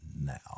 Now